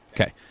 Okay